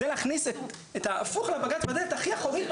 זה להכניס את ההפוך לבג"ץ בדלת הכי אחורית,